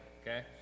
okay